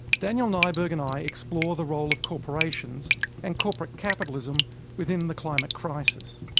daniel nyberg and i explore the role of corporations and corporate capitalism within the climate crisis.